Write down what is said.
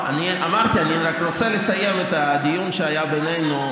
אמרתי, אני רק רוצה לסיים את הדיון שהיה בינינו.